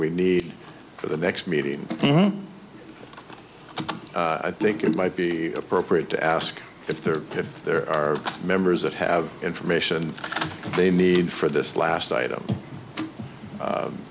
we need for the next meeting i think it might be appropriate to ask if there if there are members that have information they need for this last item